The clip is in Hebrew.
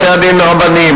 בתי-הדין הרבניים,